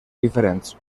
diferents